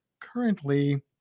currently